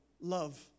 love